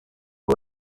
all